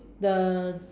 the